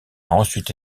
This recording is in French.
ensuite